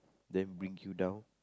then bring you down